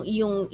yung